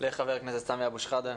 לחבר הכנסת סמי אבו שחאדה,